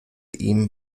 ihm